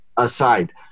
aside